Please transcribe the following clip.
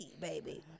baby